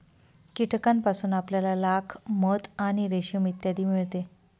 कीटकांपासून आपल्याला लाख, मध आणि रेशीम इत्यादी मिळते